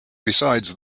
besides